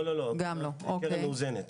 לא, זו קרן מאוזנת.